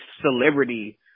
celebrity